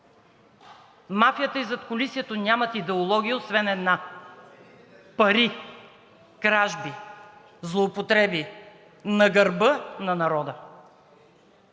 Мафията и задкулисието нямат идеология, освен една: пари, кражби, злоупотреби на гърба на народа.